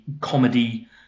comedy